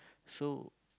so